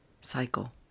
cycle